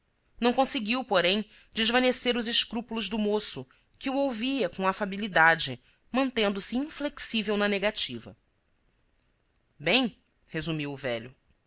não conseguiu porém desvanecer os escrúpulos do moço que o ouvia com afabilidade mantendose inflexível na negativa bem resumiu o velho